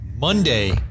Monday